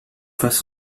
fasse